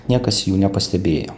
niekas jų nepastebėjo